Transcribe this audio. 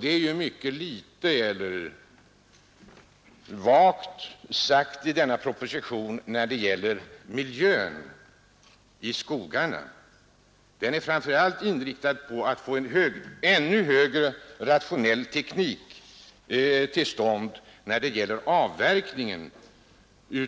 Det som i propositionen sägs när det gäller miljön i skogarna är mycket vagt. Propositionen är framför allt inriktad på att få till stånd en ännu mera rationell teknik när det gäller avverkningen